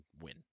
win